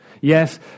Yes